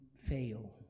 fail